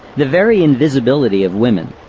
the very invisibility of women,